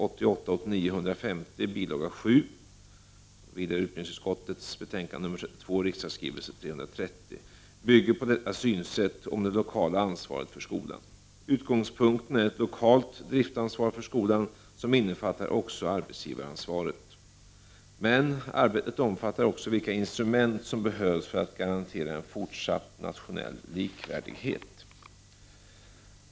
7, UbU 32, rskr. 330), bygger på detta synsätt i fråga om det lokala ansvaret för skolan. Utgångspunkten är ett lokalt driftansvar för skolan som innefattar också arbetsgivaransvaret. Men arbetet omfattar också vilka instrument som behövs för att garantera en fortsatt nationell likvärdighet.